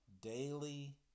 daily